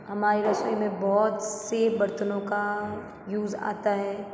हमारी रसोई में बहुत सी बर्तनों का यूज़ आता है